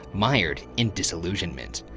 mired in disillusionment.